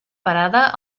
parada